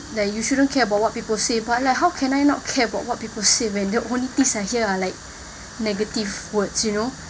like you shouldn't care about what people say but like how can I not care about what people say when the only things I hear are like negative words you know